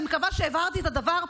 אני מקווה שהבהרתי את הדבר.